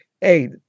hey